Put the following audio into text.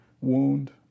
wound